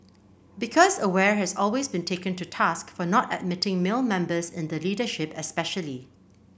because aware has always been taken to task for not admitting male members in the leadership especially